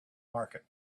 market